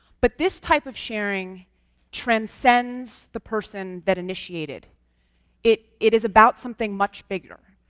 but this type of sharing transcends the person that initiated it it is about something much bigger.